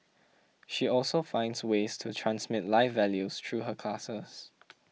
she also finds ways to transmit life values through her classes